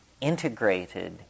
integrated